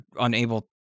unable